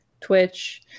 Twitch